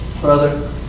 Brother